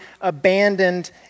abandoned